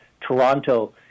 Toronto